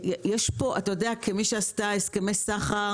כמי שעשתה הסכמי סחר